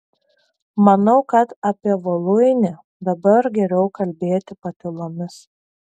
manau kad apie voluinę dabar geriau kalbėti patylomis